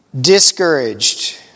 discouraged